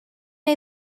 neu